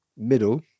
Middle